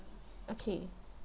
okay